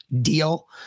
deal